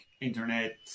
internet